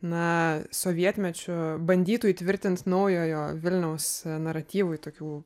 na sovietmečiu bandytų įtvirtint naujojo vilniaus naratyvui tokių